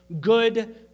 good